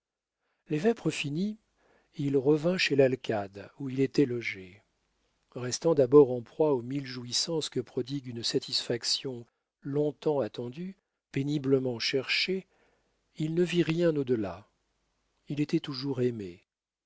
les vêpres finies il revint chez l'alcade où il était logé restant d'abord en proie aux mille jouissances que prodigue une satisfaction long-temps attendue péniblement cherchée il ne vit rien au delà il était toujours aimé